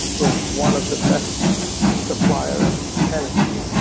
is one of the best supplier of energy,